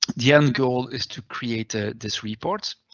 the end goal is to create ah this report.